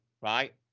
right